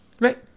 Right